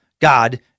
God